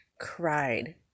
cried